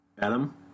adam